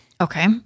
okay